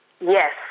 Yes